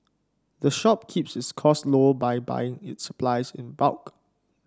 the shop keeps its costs low by buying its supplies in bulk